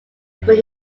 but